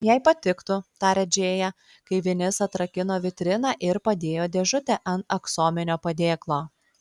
jai patiktų tarė džėja kai vinis atrakino vitriną ir padėjo dėžutę ant aksominio padėklo